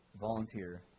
volunteer